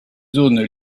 zones